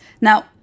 Now